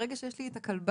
ברגע שיש לי את הכלבה,